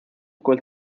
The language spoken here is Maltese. ukoll